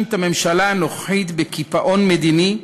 את הממשלה הנוכחית בקיפאון המדיני,